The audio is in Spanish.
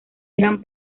eran